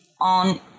on